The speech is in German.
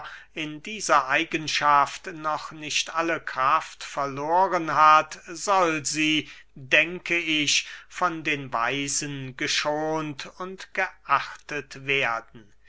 in dieser eigenschaft noch nicht alle kraft verloren hat soll sie denke ich von den weisen geschont und geachtet werden